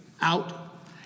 out